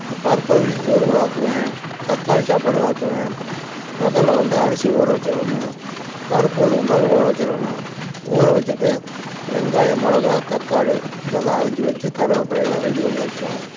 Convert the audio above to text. நான் பருப்பு அரிசி சோறு வா ஆக்குவேன் தக்காளி சாப்பாடு ஆக்குவேன் முதல்ல வந்து அரிசி ஊற வெச்சுடணும் பருப்பு ஒரு குண்டானில் ஊற வெச்சுடணும் ஊற வெச்சுட்டு வெங்காயம் மிளகா தக்காளி இதெல்லாம் அரிஞ்சு வெச்சு கருவேப்பிலை எல்லாம் ரெடி பண்ணி வெச்சுக்கணும்